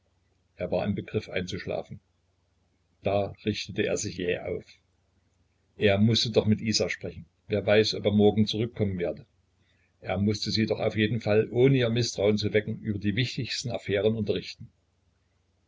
er war im begriff einzuschlafen da richtete er sich jäh auf er mußte doch mit isa sprechen wer weiß ob er morgen zurückkommen werde er mußte sie doch auf jeden fall ohne ihr mißtrauen zu wecken über die wichtigsten affären unterrichten